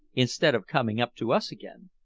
instead of coming up to us again.